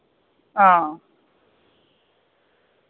हां